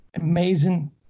amazing